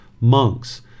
monks